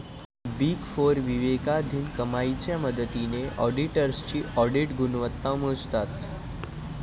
big four विवेकाधीन कमाईच्या मदतीने ऑडिटर्सची ऑडिट गुणवत्ता मोजतात